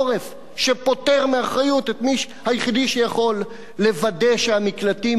שפוטר מאחריות את היחידי שיכול לוודא שהמקלטים תקינים.